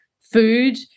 food